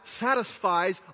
satisfies